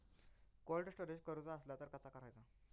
Cold storage करूचा असला तर कसा करायचा?